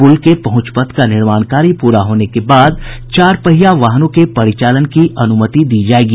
पुल के पहुंच पथ का निर्माण कार्य प्ररा होने के बाद चार पहिया वाहनों के परिचान की अनुमति दी जायेगी